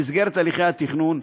במסגרת הליכי התכנון.